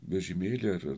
vežimėlį ar ar